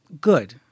Good